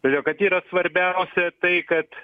todėl kad yra svarbiausia tai kad